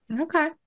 Okay